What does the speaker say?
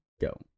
go